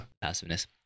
passiveness